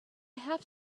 have